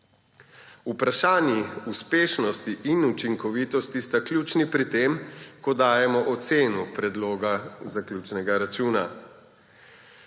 Vprašanji uspešnosti in učinkovitosti sta ključni pri tem, ko dajemo oceno predloga zaključnega računa.